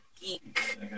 geek